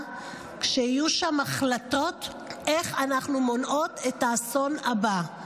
כשיהיו שם החלטות איך אנחנו מונעות את האסון הבא.